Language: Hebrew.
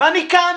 ואני כאן